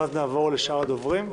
ואז נעבור לשאר הדוברים.